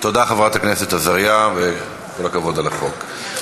תודה, חברת הכנסת עזריה, וכל הכבוד על החוק.